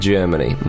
Germany